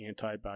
antibacterial